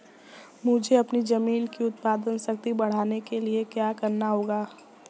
मुझे अपनी ज़मीन की उत्पादन शक्ति बढ़ाने के लिए क्या करना होगा?